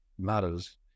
matters